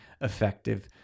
effective